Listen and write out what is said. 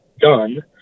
done